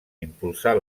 impulsar